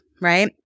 right